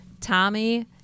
Tommy